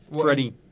Freddie